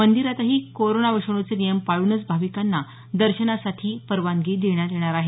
मंदिरातही कोरोना विषाणूचे नियम पाळूनच भाविकांना दर्शनासाठी परवानगी देण्यात येणार आहे